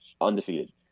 undefeated